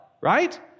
Right